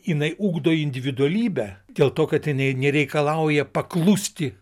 jinai ugdo individualybę dėl to kad jinai nereikalauja paklusti